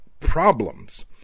problems